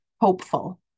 hopeful